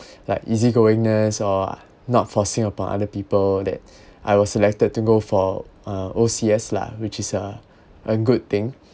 like easy goingness or not forcing upon other people that I was selected to go for uh O_C_S lah which is a a good thing